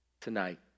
tonight